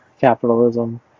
capitalism